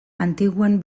antiguan